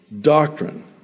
doctrine